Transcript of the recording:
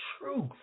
truth